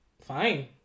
Fine